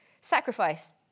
sacrifice